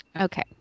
okay